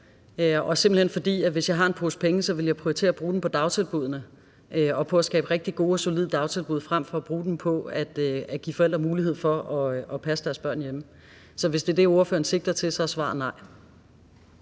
forespørgslen i dag. Hvis jeg havde en pose penge, ville jeg prioritere at bruge den på dagtilbuddene og på at skabe rigtig gode og solide dagtilbud frem for at bruge den på at give forældre mulighed for at passe deres børn hjemme. Så hvis det er det, ordføreren sigter til, er svaret nej.